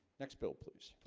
next bill, please